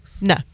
No